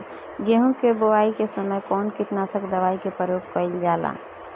गेहूं के बोआई के समय कवन किटनाशक दवाई का प्रयोग कइल जा ला?